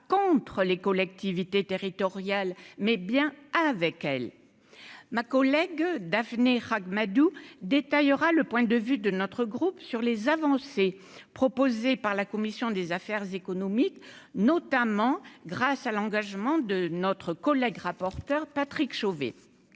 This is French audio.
contre les collectivités territoriales mais bien avec elle, ma collègue daphné Ract-Madoux détaillera le point de vue de notre groupe sur les avancées proposées par la commission des affaires économiques, notamment grâce à l'engagement de notre collègue rapporteur Patrick Chauvet,